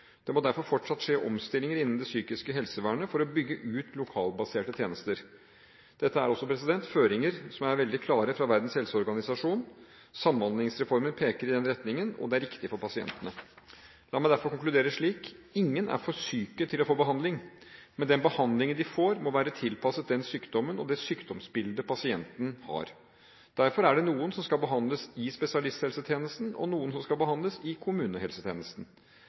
Det må derfor fortsatt skje omstillinger innen det psykiske helsevernet for å bygge ut lokalbaserte tjenester. Dette er også føringer som er veldig klare fra Verdens helseorganisasjon. Samhandlingsreformen peker også i den retningen, og det er riktig for pasientene. La meg derfor konkludere slik: Ingen er for syke til å få behandling. Men den behandlingen de får, må være tilpasset den sykdommen og det sykdomsbildet pasienten har. Derfor er det noen som skal behandles i spesialisthelsetjenesten, og noen som skal behandles i kommunehelsetjenesten.